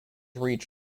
reach